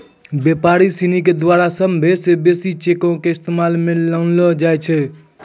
व्यापारी सिनी के द्वारा सभ्भे से बेसी चेको के इस्तेमाल मे लानलो जाय छै